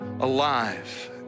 alive